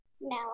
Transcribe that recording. No